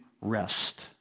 rest